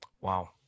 Wow